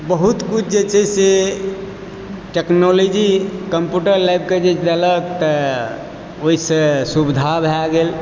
बहुत किछु जे छे से टेक्नोलॉजी कम्प्यूटर लाइब कऽ जे देलक तऽ ओहिसे सुविधा भय गेल